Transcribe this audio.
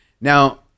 now